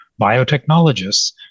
biotechnologists